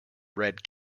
red